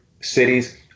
cities